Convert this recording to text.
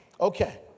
Okay